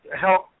help